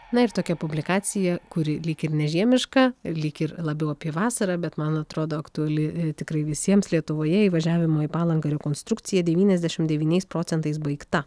na ir tokia publikacija kuri lyg ir nežiemiška lyg ir labiau apie vasarą bet man atrodo aktuali tikrai visiems lietuvoje įvažiavimo į palangą rekonstrukcija devyniasdešimt devyniais procentais baigta